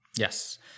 Yes